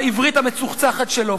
בעברית המצוחצחת שלו,